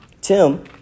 Tim